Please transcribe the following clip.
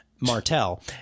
Martell